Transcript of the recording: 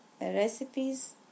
recipe's